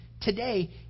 today